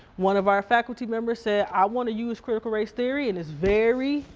one of our faculty members said, i wanna use critical race theory, and it's very,